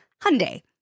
Hyundai